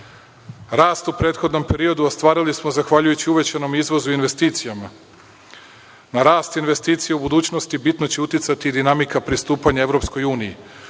Rast u prethodnom periodu ostvarili smo zahvaljujući uvećanom izvozu i investicijama. Na rast investicija u budućnosti bitno će uticati dinamika pristupanja EU. Shodno